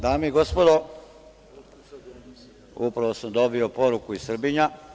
Dame i gospodo, upravo sam dobio poruku iz Srbinja.